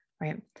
right